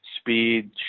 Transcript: speed